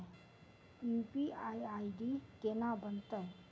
UPI ID केना बनतै?